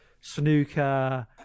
snooker